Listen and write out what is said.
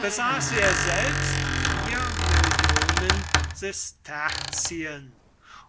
besaß er selbst vier millionen sesterzien